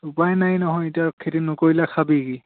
উপায় নাই নহয় এতিয়া খেতি নকৰিলে খাবি কি